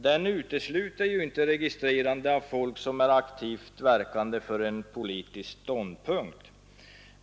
Den utesluter ju inte registrerande av folk som är aktivt verkande för en politisk ståndpunkt.